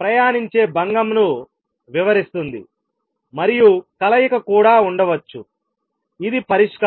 ప్రయాణించే భంగం ను వివరిస్తుంది మరియు కలయిక కూడా ఉండవచ్చు ఇది పరిష్కారం